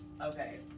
okay